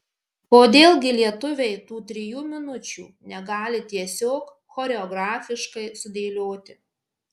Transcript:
kodėl gi lietuviai tų trijų minučių negali tiesiog choreografiškai sudėlioti